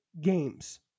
games